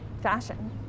fashion